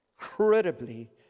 Incredibly